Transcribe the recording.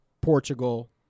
Portugal